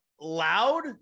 loud